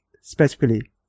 specifically